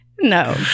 No